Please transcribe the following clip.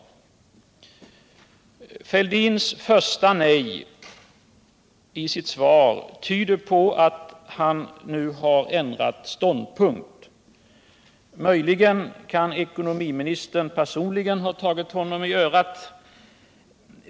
Herr Fälldins första nej i svaret tyder på att han nu har ändrat ståndpunkt. Möjligen har ekonomiministern personligen tagit honom i örat.